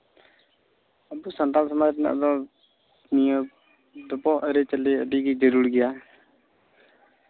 ᱟᱵᱚ ᱥᱟᱱᱛᱲ ᱥᱚᱢᱟᱡᱽ ᱨᱮᱱᱟᱜ ᱫᱚ ᱱᱤᱭᱟᱹ ᱰᱚᱵᱚᱜ ᱟᱹᱨᱤᱪᱟᱹᱞᱤ ᱟᱹᱰᱤᱜᱮ ᱡᱟᱹᱨᱩᱲ ᱜᱮᱭᱟ